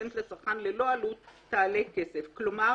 והרשות להגנת הצרכן תעקוב אחר הדברים.